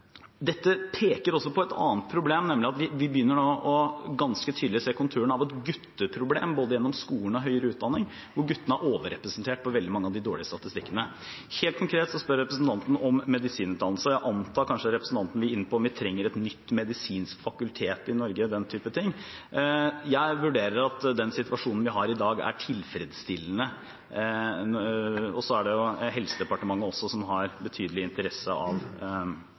Dette peker også på et annet problem, nemlig at vi nå ganske tydelig begynner å se konturene av et gutteproblem, både gjennom skolen og høyere utdanning, hvor guttene er overrepresentert på veldig mange av de dårlige statistikkene. Helt konkret spør representanten om medisinutdannelse. Jeg antar kanskje at representanten vil inn på om vi trenger et nytt medisinsk fakultet i Norge og den typen ting. Jeg vurderer at den situasjonen vi har i dag, er tilfredsstillende. Det er også Helsedepartementet som har betydelig interesse av